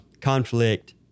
conflict